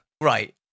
Right